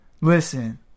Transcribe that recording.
Listen